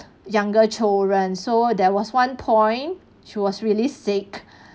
younger children so there was one point she was really sick